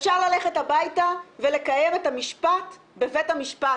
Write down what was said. אחרת אפשר פשוט ללכת הביתה ולקיים את המשפט בבית המשפט,